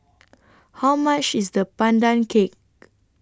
How much IS The Pandan Cake